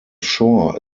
shore